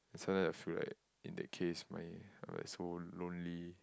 sometimes I feel like in that case my I'm like so lonely